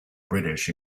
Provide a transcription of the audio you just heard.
british